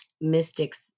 mystics